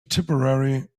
tipperary